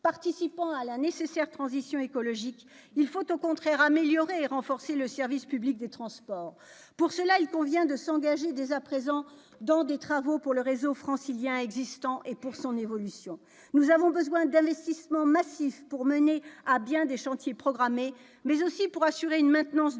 participant à la nécessaire transition écologique, il faut, au contraire, améliorer et renforcer le service public des transports. Pour ce faire, il convient de s'engager dès à présent dans des travaux visant à rénover et faire évoluer le réseau francilien existant. Nous avons besoin d'investissements massifs pour mener à bien les chantiers programmés, mais aussi pour assurer une maintenance de